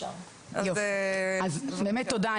באמת תודה.